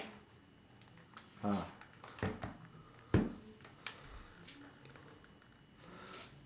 ah